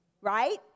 right